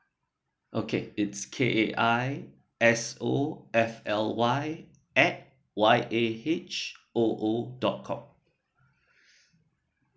okay it's K A I S O F L Y at Y A H O O dot com